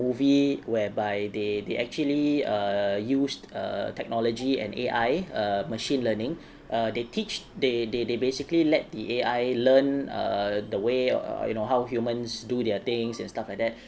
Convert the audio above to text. movie whereby they they actually err used err technology and A_I err machine learning err they teach they they they basically let the A_I learn err the way or you know how humans do their things and stuff like that